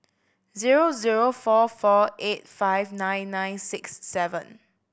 zero zero four four eight five nine nine six seven